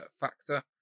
factor